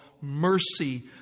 mercy